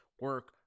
Work